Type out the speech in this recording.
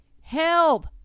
help